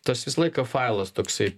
tas visą laiką failas toksai